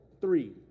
three